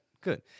Good